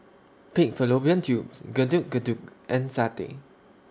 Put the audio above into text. Pig Fallopian Tubes Getuk Getuk and Satay